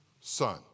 son